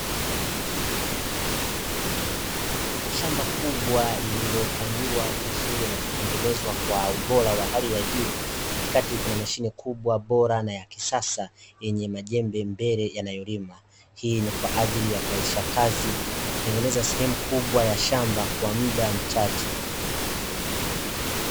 Shamba kubwa lililopaliliwa vizuri na kutengenezwa kwa ubora wa hali ya juu, katikakati kuna mashine kubwa bora na ya kisasa yenye majembe mbele yanayolima. Hii ni kwa ajili ya kurahisisha kazi na kutengeneza sehemu kubwa ya shamba kwa mda mchache.